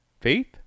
Faith